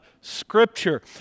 Scripture